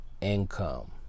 income